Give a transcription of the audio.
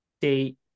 date